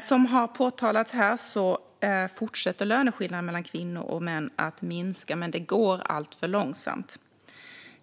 Som har påpekats här fortsätter löneskillnaderna mellan kvinnor och män att minska, men det går alltför långsamt.